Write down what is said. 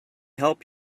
help